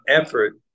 effort